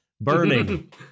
Burning